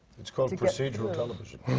it's called procedural television.